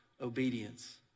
obedience